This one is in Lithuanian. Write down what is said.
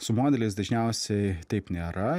su modeliais dažniausiai taip nėra